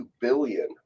billion